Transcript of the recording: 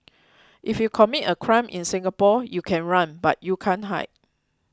if you commit a crime in Singapore you can run but you can't hide